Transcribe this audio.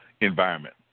environment